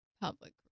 public